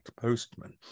postman